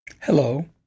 Hello